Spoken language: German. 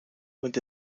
und